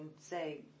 say